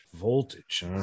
voltage